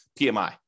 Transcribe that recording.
PMI